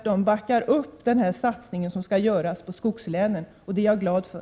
Han backar tvärtom upp den satsning som skall göras på skogslänen, och det är jag glad för.